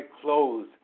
clothes